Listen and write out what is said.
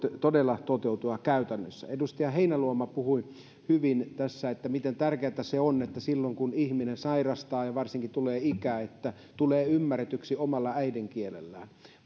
todella toteutua käytännössä edustaja heinäluoma puhui hyvin siitä miten tärkeätä se on että silloin kun ihminen sairastaa ja varsinkin kun tulee ikää tulee ymmärretyksi omalla äidinkielellään